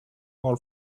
all